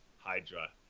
Hydra